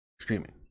streaming